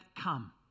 come